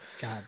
God